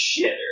shitter